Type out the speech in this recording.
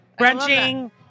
brunching